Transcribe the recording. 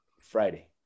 Friday